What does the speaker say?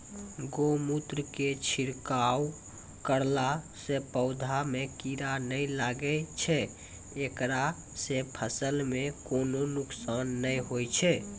गोमुत्र के छिड़काव करला से पौधा मे कीड़ा नैय लागै छै ऐकरा से फसल मे कोनो नुकसान नैय होय छै?